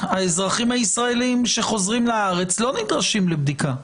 האזרחים הישראלים שחוזרים לארץ לא נדרשים לבדיקה,